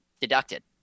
deducted